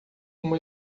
uma